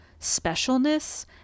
specialness